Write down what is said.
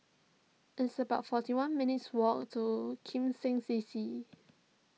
it's about forty one minutes' walk to Kim Seng C C